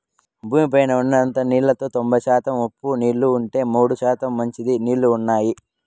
భూమి పైన ఉన్న నీళ్ళలో తొంబై శాతం ఉప్పు నీళ్ళు ఉంటే, మూడు శాతం మంచి నీళ్ళు ఉన్నాయి